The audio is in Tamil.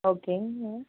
ஓகேங்க